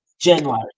January